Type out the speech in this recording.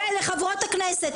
ולחברות הכנסת,